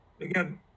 again